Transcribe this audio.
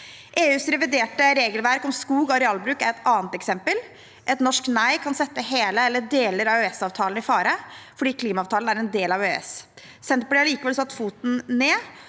EUs reviderte regelverk om skog- og arealbruk er et annet eksempel. Et norsk nei kan sette hele eller deler av EØS-avtalen i fare fordi klimaavtalen er en del av EØS. Senterpartiet har allikevel satt foten ned.